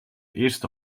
eerste